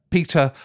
Peter